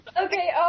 Okay